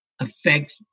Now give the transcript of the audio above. affect